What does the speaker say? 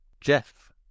Jeff